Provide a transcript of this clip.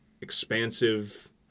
expansive